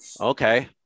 okay